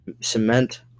cement